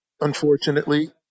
unfortunately